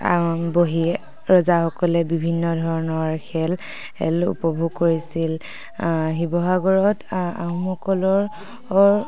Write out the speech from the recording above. বহি ৰজাসকলে বিভিন্ন ধৰণৰ খেল উপভোগ কৰিছিল শিৱসাগৰত আহোমসকলৰ